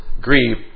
grieve